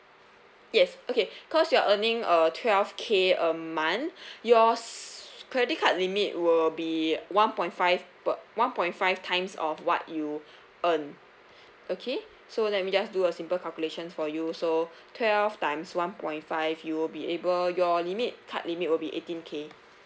yes okay cause you're earning uh twelve K a month yours credit card limit will be one point five per one point five times of what you earn okay so let me just do a simple calculation for you so twelve times one point five you'll be able your limit card limit will be eighteen K